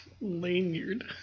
Lanyard